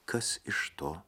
kas iš to